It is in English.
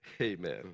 Amen